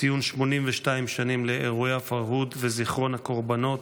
ציון 82 שנים לאירועי הפרהוד וזיכרון הקורבנות.